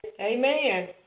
Amen